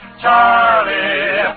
Charlie